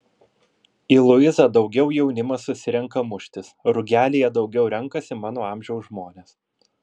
į luizą daugiau jaunimas susirenka muštis rugelyje daugiau renkasi mano amžiaus žmonės